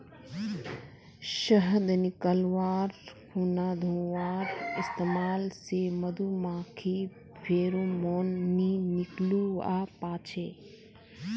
शहद निकाल्वार खुना धुंआर इस्तेमाल से मधुमाखी फेरोमोन नि निक्लुआ पाछे